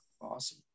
Awesome